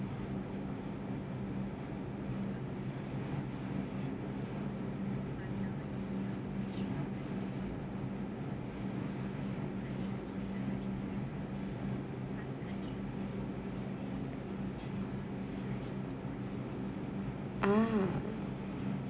ah